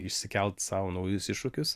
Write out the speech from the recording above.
išsikelt sau naujus iššūkius